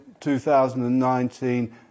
2019